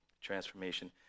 transformation